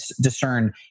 discern